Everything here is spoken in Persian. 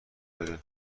بده